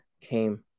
came